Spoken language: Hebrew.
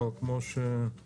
אבל כמו שהזכרת,